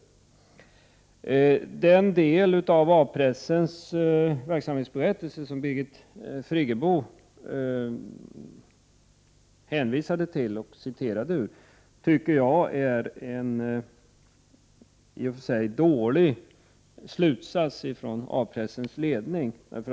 I den del av A-pressens verksamhetsberättelse som Birgit Friggebo hänvisade till och citerade ur tycker jag i och för sig att A-pressens ledning drar en dålig slutsats.